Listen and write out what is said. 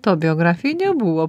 to biografijoj nebuvo